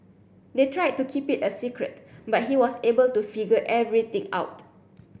they tried to keep it a secret but he was able to figure everything out